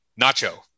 nacho